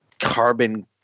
carbon